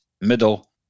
middle